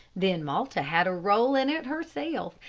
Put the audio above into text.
then malta had a roll in it herself,